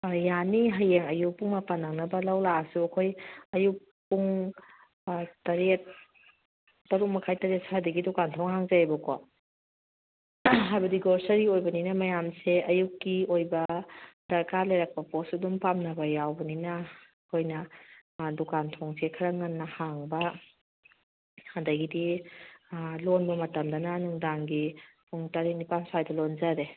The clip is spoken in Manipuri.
ꯌꯥꯅꯤ ꯍꯌꯦꯡ ꯑꯌꯨꯛ ꯄꯨꯡ ꯃꯥꯄꯟ ꯅꯪꯅꯕ ꯂꯧ ꯂꯥꯛꯑꯁꯨ ꯑꯩꯈꯣꯏ ꯑꯌꯨꯛ ꯄꯨꯡ ꯇꯔꯦꯠ ꯇꯔꯨꯛ ꯃꯈꯥꯏ ꯇꯔꯦꯠ ꯁ꯭ꯋꯥꯏꯗꯒꯤ ꯗꯨꯀꯥꯟ ꯊꯣꯡ ꯍꯥꯡꯖꯩꯑꯕꯀꯣ ꯍꯥꯏꯕꯗꯤ ꯒ꯭ꯔꯣꯁꯔꯤ ꯑꯣꯏꯕꯅꯤꯅ ꯃꯌꯥꯝꯁꯦ ꯑꯌꯨꯛꯀꯤ ꯑꯣꯏꯕ ꯗꯔꯀꯥꯔ ꯂꯩꯔꯛꯄ ꯄꯣꯠꯁꯨ ꯑꯗꯨꯝ ꯄꯥꯝꯅꯕ ꯌꯥꯎꯕꯅꯤꯅ ꯑꯩꯈꯣꯏꯅ ꯗꯨꯀꯥꯟ ꯊꯣꯡꯁꯦ ꯈꯔ ꯉꯟꯅ ꯍꯥꯡꯕ ꯑꯗꯒꯤꯗꯤ ꯂꯣꯟꯕ ꯃꯇꯝꯗꯅ ꯅꯨꯡꯗꯥꯡꯒꯤ ꯄꯨꯡ ꯇꯔꯦꯠ ꯅꯤꯄꯥꯟ ꯁ꯭ꯋꯥꯏꯗ ꯂꯣꯟꯖꯔꯦ